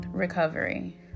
recovery